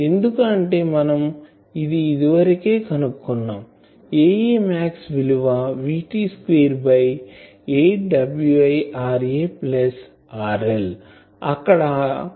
ఎందుకు అంటే మనం ఇది వరకే కనుక్కున్నాం Ae max విలువ VT square by 8Wi RA plus RL